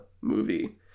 movie